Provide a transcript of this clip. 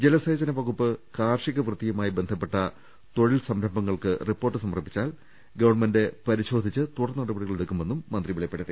ജലസേചന വ കുപ്പ് കാർഷിക വൃത്തിയുമായി ബന്ധപ്പെട്ട തൊഴിൽ സംരംഭങ്ങൾ ക്ക് റിപ്പോർട്ട് സമർപ്പിച്ചാൽ ഗവർണമെന്റ് പരിശോധിച്ചു തുടർനട പടികൾ എടുക്കുമെന്നും മന്ത്രി വെളിപ്പെടുത്തി